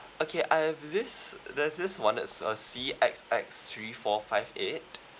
okay at least there's this [one] as uh C X X three four five eight